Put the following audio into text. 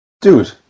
Dude